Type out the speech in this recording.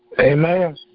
Amen